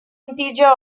integer